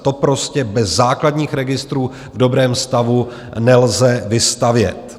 To prostě bez základních registrů v dobrém stavu nelze vystavět.